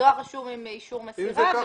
דואר רשום עם אישור מסירה.